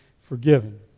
forgiven